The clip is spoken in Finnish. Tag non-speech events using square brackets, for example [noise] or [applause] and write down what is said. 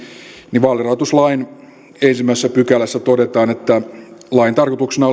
niin vaalirahoituslain ensimmäisessä pykälässä todetaan että lain tarkoituksena [unintelligible]